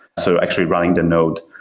so actually running the node,